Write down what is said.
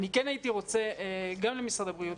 אני כן הייתי רוצה לומר גם למשרד הבריאות